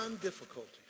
difficulties